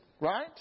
right